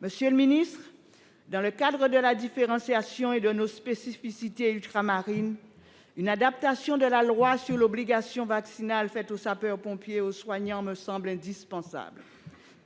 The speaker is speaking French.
Monsieur le ministre, dans le cadre de la différenciation et de nos spécificités ultramarines, une adaptation de la loi sur l'obligation vaccinale faite aux sapeurs-pompiers et aux soignants me semble indispensable.